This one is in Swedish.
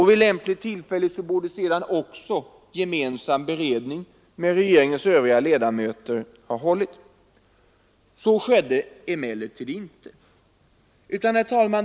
Vid lämpligt tillfälle borde sedan också gemensam beredning med regeringens övriga ledamöter ha hållits. Så skedde emellertid inte.